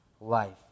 life